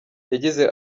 yagize